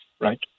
right